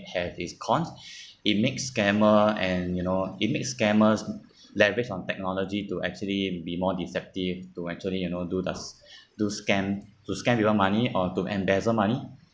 have its cons it makes scammer and you know it makes scammers leverage on technology to actually be more deceptive to actually you know do those do scam to scam you people money or to embezzle money